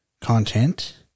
content